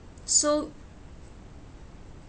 so